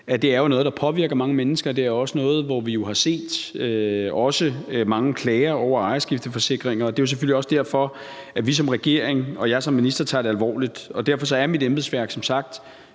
at det er noget, der påvirker mange mennesker, og det også er noget, hvor vi har set mange klager over ejerskifteforsikringer, og det er selvfølgelig også derfor, at vi som regering og jeg som minister tager det alvorligt, og derfor er mit embedsværk som sagt